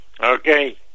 Okay